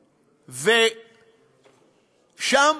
ושם,